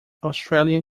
australian